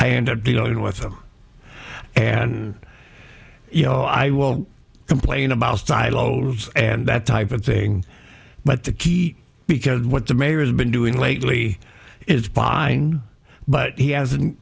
i end up dealing with them and you know i will complain about silos and that type of thing but the key because what the mayor has been doing lately is pine but he hasn't